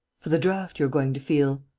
for the draught you're going to feel!